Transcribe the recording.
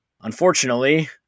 Unfortunately